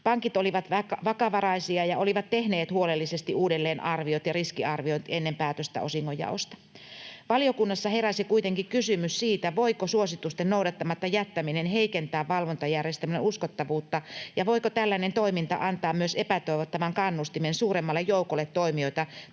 Pankit olivat vakavaraisia ja olivat tehneet huolellisesti uudelleenarviot ja riskiarviot ennen päätöstä osingonjaosta. Valiokunnassa heräsi kuitenkin kysymys siitä, voiko suositusten noudattamatta jättäminen heikentää valvontajärjestelmän uskottavuutta ja voiko tällainen toiminta antaa myös epätoivottavan kannustimen suuremmallekin joukolle toimijoita